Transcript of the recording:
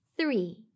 three